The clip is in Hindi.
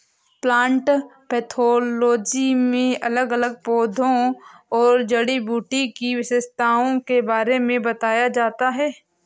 प्लांट पैथोलोजी में अलग अलग पौधों और जड़ी बूटी की विशेषताओं के बारे में बताया जाता है